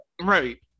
Right